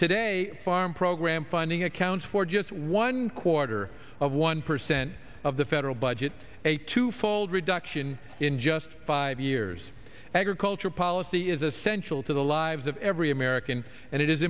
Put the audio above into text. today farm program funding accounts for just one quarter of one percent of the federal budget a two fold reduction in just five years agriculture policy is essential to the lives of every american and it is